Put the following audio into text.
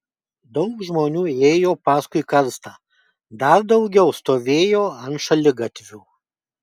daug žmonių ėjo paskui karstą dar daugiau stovėjo ant šaligatvių